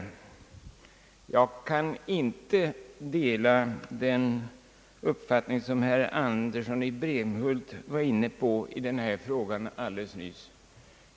Jag kan inte dela den uppfattning som herr Andersson i Brämhult var inne på i den här frågan alldeles nyss.